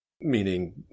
meaning